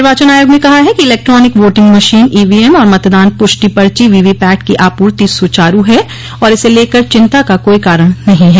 निर्वाचन आयोग ने कहा है कि इलेक्ट्रॉनिक वोटिंग मशीन ईवीएम और मतदान पुष्टि पर्ची वीवीपैट की आपूर्ति सुचारु है और इसे लेकर चिंता का कोई कारण नहीं है